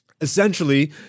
essentially